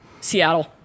Seattle